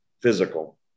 Physical